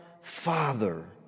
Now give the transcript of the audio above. Father